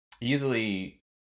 easily